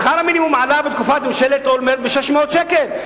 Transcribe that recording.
שכר המינימום עלה בתקופת ממשלת אולמרט ב-600 שקל,